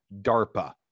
DARPA